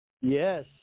Yes